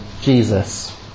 Jesus